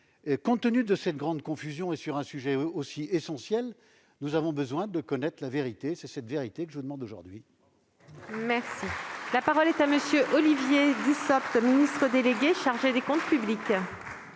compte tenu de cette grande confusion, sur un sujet aussi essentiel, nous avons besoin de connaître la vérité. C'est cette vérité que je demande aujourd'hui. La parole est à M. le ministre délégué chargé des comptes publics.